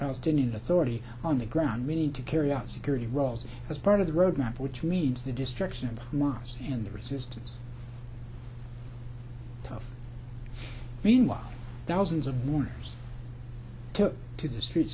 palestinian authority on the ground we need to carry out security roles as part of the road map which means the destruction of mars and the resistance tough meanwhile thousands of mourners took to the streets